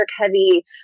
heavy